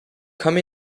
come